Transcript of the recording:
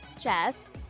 Jess